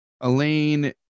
Elaine